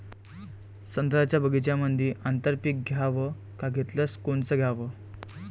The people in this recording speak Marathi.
संत्र्याच्या बगीच्यामंदी आंतर पीक घ्याव का घेतलं च कोनचं घ्याव?